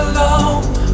Alone